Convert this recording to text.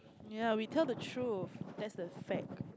yeah we tell the truth that's the fact